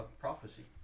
prophecy